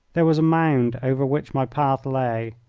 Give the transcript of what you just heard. there was a mound over which my path lay,